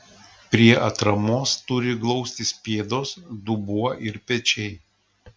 prie atramos turi glaustis pėdos dubuo ir pečiai